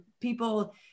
people